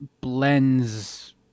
blends